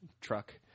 truck